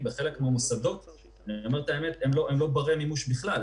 בחלק מהמוסדות הם לא ברי מימוש בכלל.